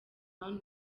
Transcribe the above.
brown